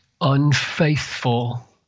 unfaithful